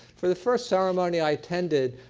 for the first ceremony i attended,